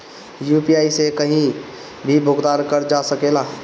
UPI से कहीं भी भुगतान कर जा सकेला?